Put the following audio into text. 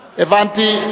הבנתי.